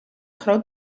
groot